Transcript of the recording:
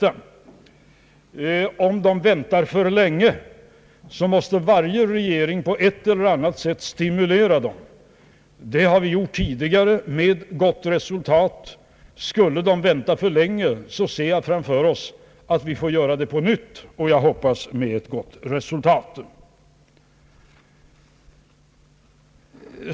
Men om industrin väntar för länge, måste varje regering på ett eller annat sätt stimulera industriinvesteringarna. Det har vi gjort tidigare med gott resultat, och skulle industrin på nytt vänta för länge ser jag framför oss att vi får göra på samma sätt igen; och jag hoppas med gott resultat.